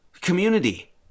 community